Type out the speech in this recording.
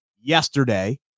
yesterday